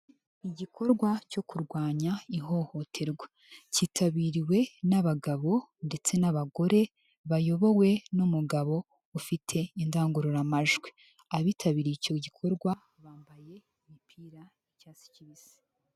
Igikorwa cyo kurwanya ihohoterwa cyitabiriwe n'abagabo ndetse n'abagore, bayobowe n'umugabo ufite indangururamajwi, abitabiriye icyo gikorwa bambaye imipira'icyatsi kibisi.